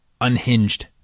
unhinged